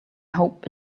hope